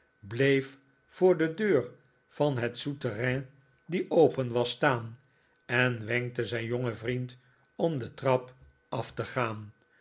bleef voor de deur van het sousterrain die open was staan en wenkte zijn jongen vriend om de trap af te gaan